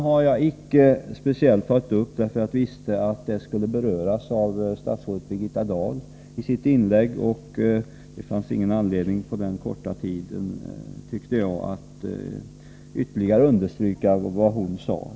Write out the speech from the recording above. Jag har inte speciellt tagit upp miljöfrågan, eftersom jag visste att den skulle beröras av statsrådet Birgitta Dahl i hennes inlägg, och det finns därför inte någon anledning för mig att ytterligare understryka vad hon sade.